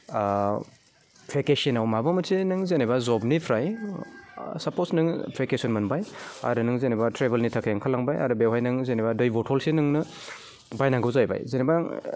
भेकेसनाव माबा मोनसे नों जेनेबा जबनिफ्राय सापस नोङो भेकेसन मोनबाय आरो नों जेनेबा ट्रेभेलनि थाखाय ओंखारलांबाय आरो बेवहाय नों जेनेबा दै बथलसे नोंनो बायनांगौ जाहैबाय जेनेबा